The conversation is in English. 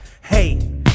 Hey